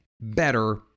better